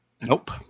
Nope